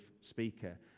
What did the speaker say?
speaker